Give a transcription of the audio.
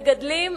מגדלים,